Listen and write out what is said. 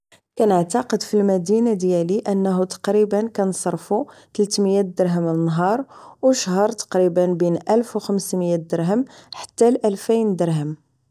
كنعتقد فالمدينة ديالي انه تقريبا كنصرفو تلاتمية درهم فالنهار و فالشهر تقريبا بين الف و خمسمية حتى الفين درهم